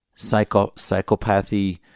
psychopathy